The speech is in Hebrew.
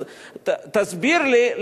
אז תסביר לי,